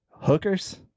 hookers